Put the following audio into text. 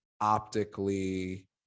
optically